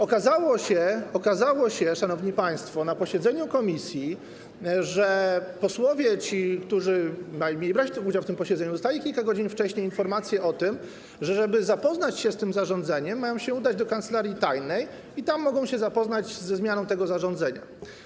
Okazało się, szanowni państwo, na posiedzeniu komisji, że posłowie, którzy mieli brać udział w tym posiedzeniu, dostali kilka godzin wcześniej informację o tym, że żeby zapoznać się z tym zarządzeniem, mają się udać do kancelarii tajnej i tam mogą zapoznać się ze zmianą tego zarządzenia.